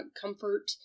comfort